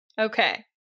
Okay